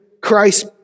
Christ